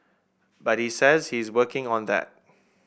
but he says he is working on that